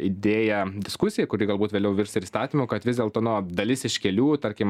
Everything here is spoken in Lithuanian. idėją diskusijai kuri galbūt vėliau virs ir įstatymu kad vis dėlto no dalis iš kelių tarkim